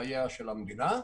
חייה של המדינה.